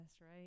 right